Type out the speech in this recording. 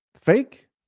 fake